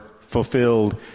fulfilled